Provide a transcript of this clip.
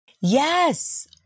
Yes